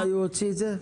מתי הוא הוציא את זה?